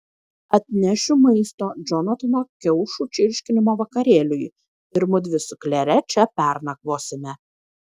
atnešiu maisto džonatano kiaušų čirškinimo vakarėliui ir mudvi su klere čia pernakvosime